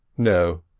no,